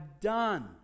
done